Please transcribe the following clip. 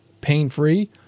pain-free